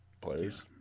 players